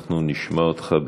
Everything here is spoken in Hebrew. אנחנו נשמע אותך בשקיקה.